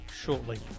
shortly